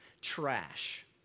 trash